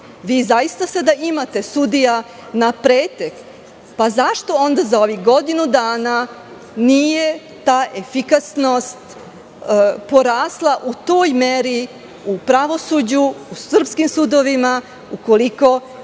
Zaista sada imate sudija na pretek. Zašto onda za ovih godinu dana nije ta efikasnost porasla u toj meri u pravosuđu, u srpskim sudovima, ukoliko su